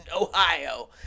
Ohio